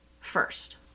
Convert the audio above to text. first